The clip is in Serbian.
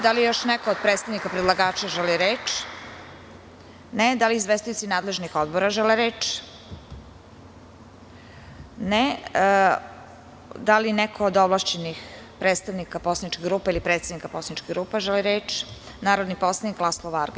Da li još neko od predstavnika predlagača želi reč? (Ne) Da li izvestioci nadležnih odbora žele reč? (Ne) Da li neko od ovlašćenih predstavnika poslaničkih grupa ili predsednika poslaničkih grupa želi reč? (Da) Reč ima narodni poslanik Laslo Varga.